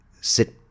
sit